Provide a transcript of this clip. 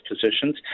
positions